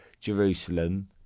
Jerusalem